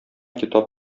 китап